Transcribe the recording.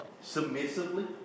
Submissively